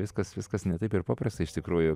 viskas viskas ne taip ir paprasta iš tikrųjų